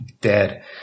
dead